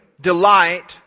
delight